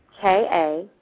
K-A –